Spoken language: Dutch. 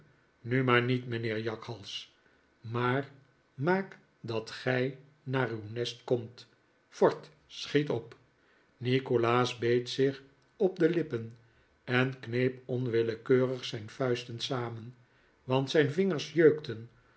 nu maar niet mijnheer jakhals maar maak dat gij naar uw nest komt vort schiet op nikolaas beet zich op de lippen en kneep onwillekeurig zijn vuisten samen want zijn vingers jeukten